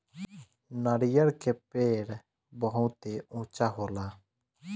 नरियर के पेड़ बहुते ऊँचा होला